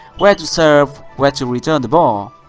where to serve, where to return the ball.